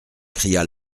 cria